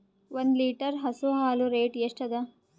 ಒಂದ್ ಲೀಟರ್ ಹಸು ಹಾಲ್ ರೇಟ್ ಎಷ್ಟ ಅದ?